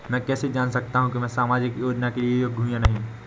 मैं कैसे जान सकता हूँ कि मैं सामाजिक योजना के लिए योग्य हूँ या नहीं?